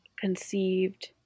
conceived